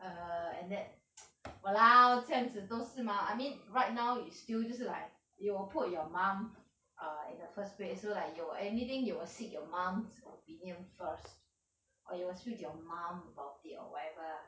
err and that !walao! 这样子都是 mah I mean right now is still 就是 like you will put your mom err in the first place so like you will anything you will seek your mum's opinion first or you will speak to your mom about it or whatever lah